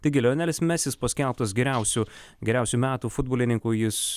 taigi lionelis mesis paskelbtas geriausiu geriausiu metų futbolininku jis